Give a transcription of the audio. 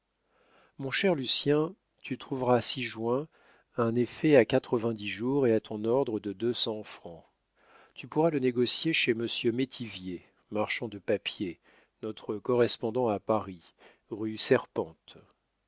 mon cher lucien tu trouveras ci-joint un effet à quatre-vingt-dix jours et à ton ordre de deux cents francs tu pourras le négocier chez monsieur métivier marchand de papier notre correspondant à paris rue serpente